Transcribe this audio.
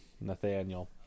Nathaniel